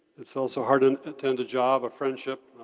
it's also hard and to end a job, a friendship,